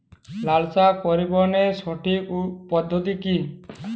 লালশাক পরিবহনের সঠিক পদ্ধতি কি?